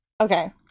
Okay